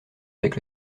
avec